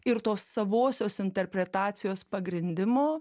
ir to savosios interpretacijos pagrindimo